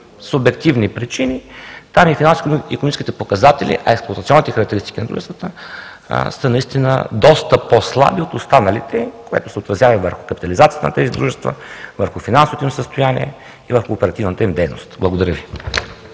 субективни причини – там и финансовите и икономически показатели, а и експлоатационните характеристики на дружествата са наистина доста по-слаби от останалите, което се отразява и върху капитализацията на тези дружества, върху финансовото им състояние и върху оперативната им дейност. Благодаря Ви.